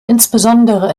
insbesondere